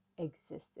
Existed